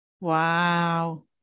Wow